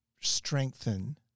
strengthen